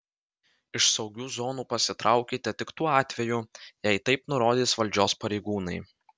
iš saugių zonų pasitraukite tik tuo atveju jei taip nurodys valdžios pareigūnai